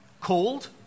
called